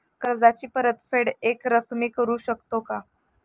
कर्जाची परतफेड एकरकमी करू शकतो का?